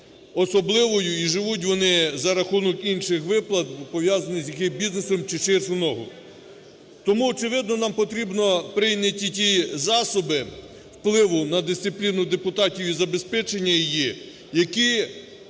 особливою. І живуть вони за рахунок інших виплат, бо пов'язані з якимось бізнесом чи… "ширшу ногу". Тому, очевидно, нам потрібно прийняти ті засоби впливу на дисципліну депутатів і забезпечення її, які